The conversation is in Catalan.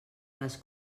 les